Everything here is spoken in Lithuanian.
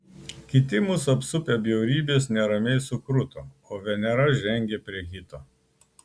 kiti mus apsupę bjaurybės neramiai sukruto o venera žengė prie hito